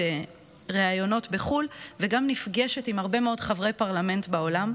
ראיונות בחו"ל וגם נפגשת עם הרבה מאוד חברי פרלמנט בעולם,